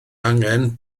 angen